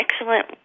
excellent